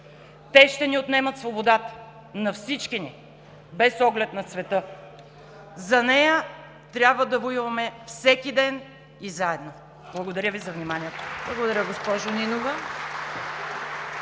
те ще ни отнемат свободата – на всички ни, без оглед на цвета. За нея трябва да воюваме всеки ден и заедно. Благодаря Ви за вниманието. (Ръкопляскания